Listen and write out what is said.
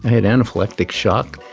had anaphylactic shock.